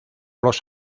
los